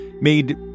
made